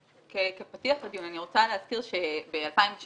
וכפתיח אני רוצה להזכיר שב-2016